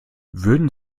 würden